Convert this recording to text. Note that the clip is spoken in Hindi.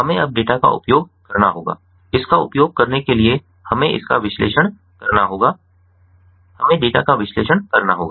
हमें अब डेटा का उपयोग करना होगा इसका उपयोग करने के लिए हमें इसका विश्लेषण करना होगा हमें डेटा का विश्लेषण करना होगा